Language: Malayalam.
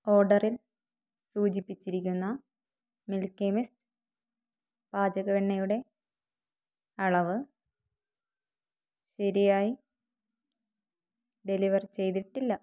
ഓർഡറിൽ സൂചിപ്പിച്ചിരിക്കുന്ന മിൽക്കി മിസ്റ്റ് പാചക വെണ്ണയുടെ അളവ് ശരിയായി ഡെലിവർ ചെയ്തിട്ടില്ല